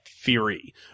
theory